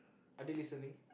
are they listening